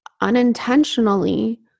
unintentionally